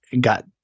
got